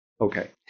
Okay